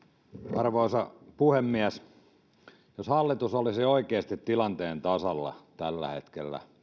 arvoisa puhemies jos hallitus olisi oikeasti tilanteen tasalla tällä hetkellä